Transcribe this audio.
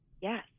Yes